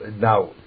now